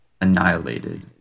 annihilated